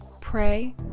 Pray